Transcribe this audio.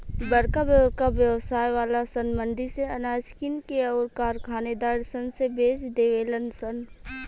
बरका बरका व्यवसाय वाला सन मंडी से अनाज किन के अउर कारखानेदार सन से बेच देवे लन सन